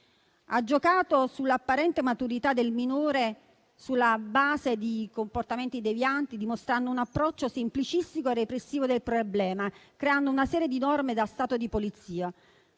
Ha giocato sull'apparente maturità del minore, sulla base di comportamenti devianti, dimostrando un approccio semplicistico e repressivo del problema, creando una serie di norme da Stato di polizia.